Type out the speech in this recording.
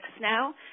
now